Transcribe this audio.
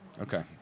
Okay